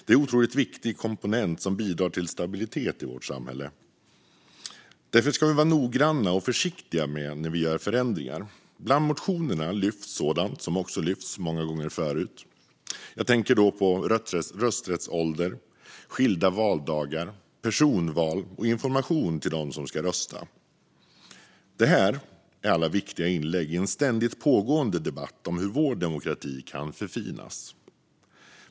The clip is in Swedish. Det är en otroligt viktig komponent som bidrar till stabilitet i vårt samhälle. Därför ska vi vara noggranna och försiktiga när vi gör förändringar. Bland motionerna lyfts sådant upp som har lyfts upp många gånger förut. Jag tänker på rösträttsålder, skilda valdagar, personval och information till dem som ska rösta. De är alla viktiga inlägg i en ständigt pågående debatt om hur vår demokrati kan förfinas.